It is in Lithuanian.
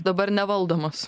dabar nevaldomos